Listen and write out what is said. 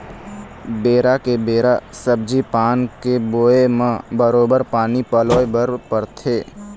बेरा के बेरा सब्जी पान के बोए म बरोबर पानी पलोय बर परथे